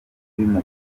bimugora